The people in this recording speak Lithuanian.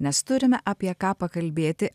nes turime apie ką pakalbėti